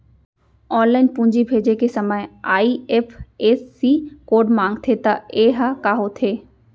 Online पूंजी भेजे के समय आई.एफ.एस.सी कोड माँगथे त ये ह का होथे?